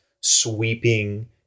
sweeping